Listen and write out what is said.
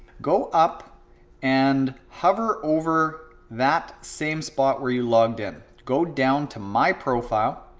go up and hover over that same spot where you logged in. go down to my profile.